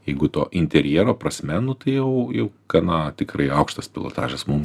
jeigu to interjero prasme nu tai jau jau gana tikrai aukštas pilotažas mum